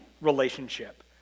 relationship